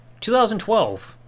2012